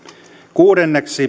kuusi